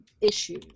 issues